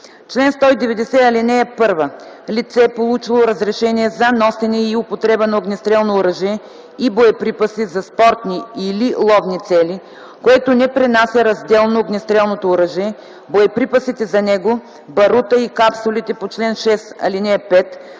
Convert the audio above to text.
„Чл. 190. (1) Лице, получило разрешение за носене и употреба на огнестрелно оръжие и боеприпаси за спортни или ловни цели, което не пренася разделно огнестрелното оръжие, боеприпасите за него, барута и капсулите по чл. 6, ал. 5,